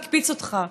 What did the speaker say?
הקפיץ אותך?